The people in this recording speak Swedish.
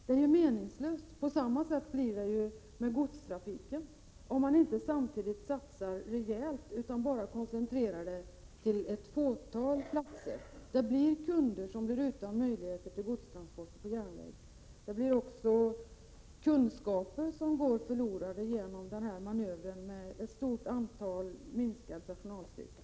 Det är ju meningslöst. På samma sätt blir det med godstrafiken om man inte samtidigt satsar rejält utan koncentrerar åtgärderna till enbart ett fåtal platser. Kunder blir utan möjlighet till godstransporter på järnväg. Det går också kunskaper förlorade genom manövern att minska personalstyrkan kraftigt.